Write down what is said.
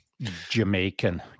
Jamaican